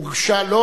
הוגשה,